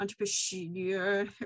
entrepreneur